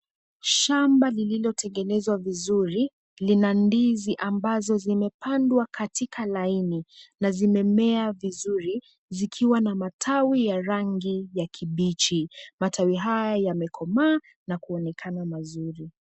Shamba lililotengenezwa vizuri lina ndizi ambazo zimepandwa katika laini, na zimepandwa vizuri tawi ya rangi ya kibichi ambayo yamekomaa na kuonekana vizuri.